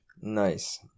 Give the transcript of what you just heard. Nice